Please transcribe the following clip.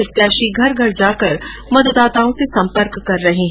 प्रत्याशी घर घर जाकर मतदाताओं से सम्पर्क कर रहे है